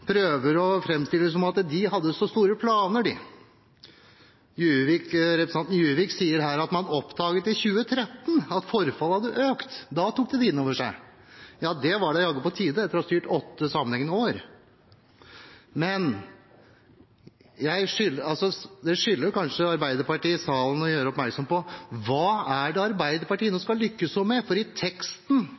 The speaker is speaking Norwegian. prøver å framstille det som om de hadde så store planer. Representanten Juvik sier her at man oppdaget i 2013 at forfallet hadde økt. Da tok de det innover seg. Ja, det var jaggu på tide, etter å ha styrt i åtte sammenhengende år. Det skylder kanskje Arbeiderpartiet i salen å gjøre oppmerksom på: Hva er det Arbeiderpartiet nå skal lykkes så med? I teksten